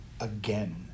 again